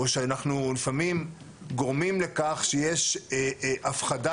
אבל לפעמים אנחנו גורמים לכך שיש הפחדה